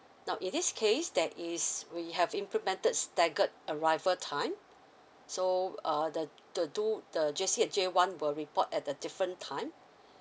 now in this case there is we have implemented staggered arrival time so uh the the two the J_C and J one will report at a different time